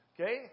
Okay